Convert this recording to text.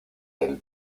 del